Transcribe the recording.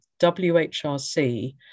WHRC